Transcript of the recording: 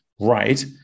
right